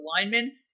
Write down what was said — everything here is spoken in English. linemen